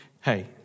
hey